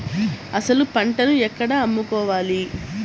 అసలు పంటను ఎక్కడ అమ్ముకోవాలి?